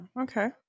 okay